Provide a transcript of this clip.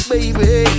Baby